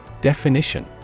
Definition